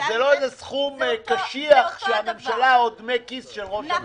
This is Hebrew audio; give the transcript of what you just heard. זה לא איזה סכום קשיח של הממשלה או דמי כיס של ראש הממשלה.